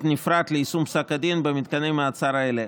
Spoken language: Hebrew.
נפרד ליישום פסק הדין במתקני מעצר אלה,